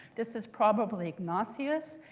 this is probably ignatius.